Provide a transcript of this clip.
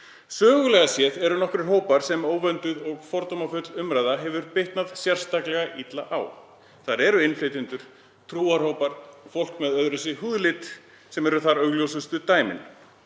Sögulega séð eru nokkrir hópar sem óvönduð og fordómafull umræða hefur bitnað sérstaklega illa á. Þar eru innflytjendur, trúarhópar og fólk með öðruvísi húðlit augljósustu dæmin.